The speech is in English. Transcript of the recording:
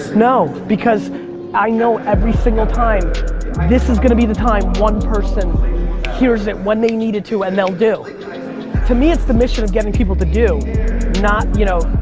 no, because i know every single time this is going to be the time one person hears it when they needed to and they'll do. to me, it's the mission of getting people to do not, you know,